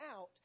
out